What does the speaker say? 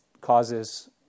causes